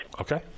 Okay